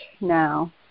now